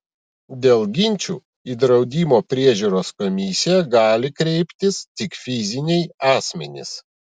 dėl ginčų į draudimo priežiūros komisiją gali kreiptis tik fiziniai asmenys